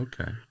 Okay